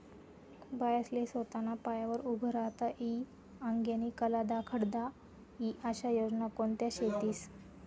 बायास्ले सोताना पायावर उभं राहता ई आंगेनी कला दखाडता ई आशा योजना कोणत्या शेतीस?